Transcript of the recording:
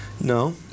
No